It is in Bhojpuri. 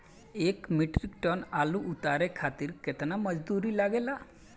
एक मीट्रिक टन आलू उतारे खातिर केतना मजदूरी लागेला?